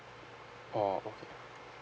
oh okay